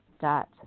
Dot